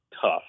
tough